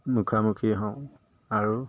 মুখামুখি হওঁ আৰু